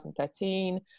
2013